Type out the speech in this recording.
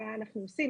מה אנחנו עושים,